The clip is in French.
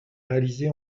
réalisé